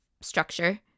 structure